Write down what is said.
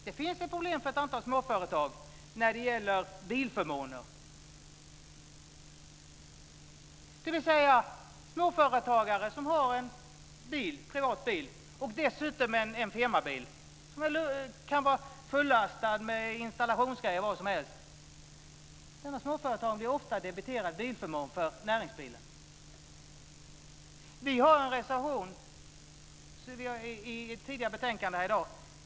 Det finns ett problem för ett antal småföretag när det gäller bilförmåner. En småföretagare som har en privat bil och dessutom en firmabil, som kan vara fullastad med installationsgrejer eller vad som helst, blir ofta debiterad bilförmån för näringsbilen. Vi har en reservation i ett tidigare betänkande här i dag.